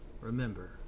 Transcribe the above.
remember